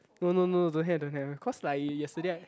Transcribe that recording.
no no no don't have don't have cause like yesterday